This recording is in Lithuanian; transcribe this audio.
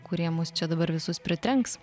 kurie mus čia dabar visus pritrenks